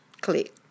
Click